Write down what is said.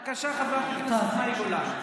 בבקשה, חברת הכנסת מאי גולן.